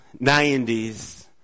90s